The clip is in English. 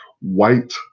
white